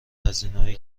هزینههای